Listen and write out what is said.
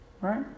Right